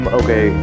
okay